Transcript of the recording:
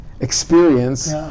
experience